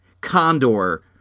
condor